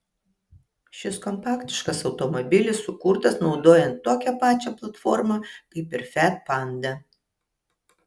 šis kompaktiškas automobilis sukurtas naudojant tokią pačią platformą kaip ir fiat panda